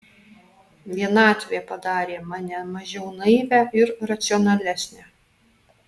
vienatvė padarė mane mažiau naivią ir racionalesnę